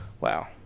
Wow